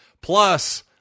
Plus